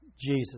Jesus